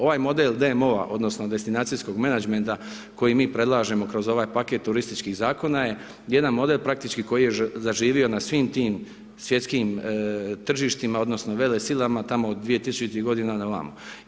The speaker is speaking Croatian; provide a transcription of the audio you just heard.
Ovaj model DMO-a odnosno destinacijskog menadžmenta koji mi predlažemo kroz ovaj paket turističkih zakona je jedan model praktički koji je zaživio na svim tim svjetskim tržištima odnosno velesilama tamo od 2000.-tih godina na ovamo.